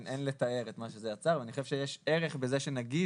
אין לתאר את מה שזה יצר ואני חושב שיש ערך בזה שנגיד,